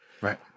Right